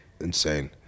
insane